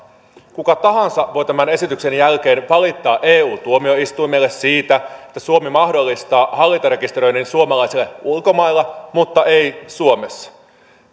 kuka tahansa voi tämän esityksen jälkeen valittaa eu tuomioistuimelle siitä että suomi mahdollistaa hallintarekisteröinnin suomalaisille ulkomailla mutta ei suomessa